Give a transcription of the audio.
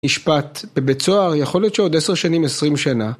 נשפט בבית סוהר יכול להיות שעוד עשר שנים עשרים שנה